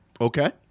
Okay